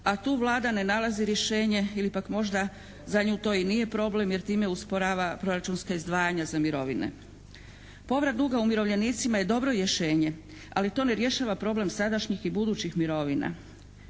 a tu Vlada ne nalazi rješenje ili pak možda za nju to i nije problem jer time usporava proračunska izdvajanja za mirovine. Povrat duga umirovljenicima je dobro rješenje, ali to ne rješava problem sadašnjih i budućih mirovina.